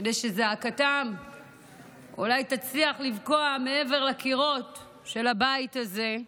כדי שזעקתם אולי תצליח לבקוע מעבר לקירות של הבית הזה.